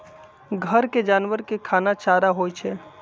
घर के जानवर के खाना चारा होई छई